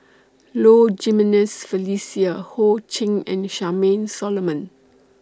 Low Jimenez Felicia Ho Ching and Charmaine Solomon